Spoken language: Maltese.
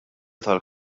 tal